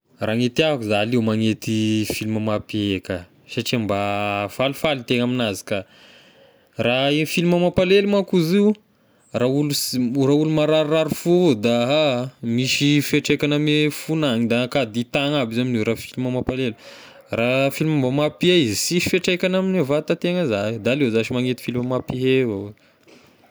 Raha gne tiako za aleo magnety film mampihehy ka satria mba falifaly e tegna aminazy ka, raha e film mampalaelo manko izy io raha olo sy- m- raha olo mararirary fo avao da aaah misy fihatraikany ame fony agny, da hanka ditagna aby io raha film mampaleolo, raha film mba mampihehy izy sisy fihatraikany amin'ny vatan-tegna za, da aleo zashy magnety film mampihehy avao.